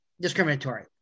discriminatory